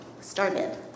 started